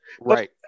right